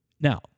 Now